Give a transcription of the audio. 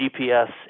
GPS